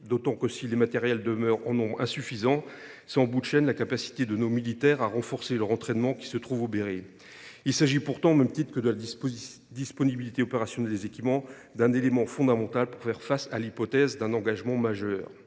d’autant que, si les matériels demeurent en nombre insuffisant, c’est en bout de chaîne la capacité de nos militaires à renforcer leur entraînement qui se trouve obérée. Il s’agit pourtant, au même titre que la disponibilité opérationnelle des équipements, d’un élément fondamental pour faire face à l’hypothèse d’un engagement majeur.